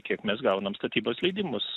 kiek mes gaunam statybos leidimus